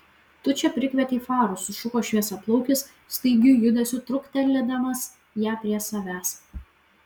tu čia prikvietei farų sušuko šviesiaplaukis staigiu judesiu truktelėdamas ją prie savęs